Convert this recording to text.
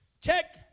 Check